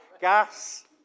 gas